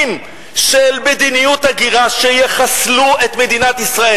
של מדיניות הגירה שיחסלו את מדינת ישראל.